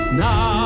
now